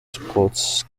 sports